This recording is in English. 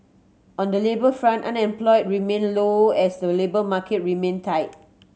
on the labour front unemployment remained low as the labour market remained tight